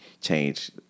change